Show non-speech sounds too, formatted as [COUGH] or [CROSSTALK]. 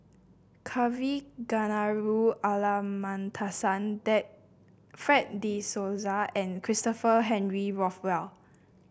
Kavignareru [UNINTELLIGIBLE] [UNINTELLIGIBLE] Fred De Souza and Christopher Henry Rothwell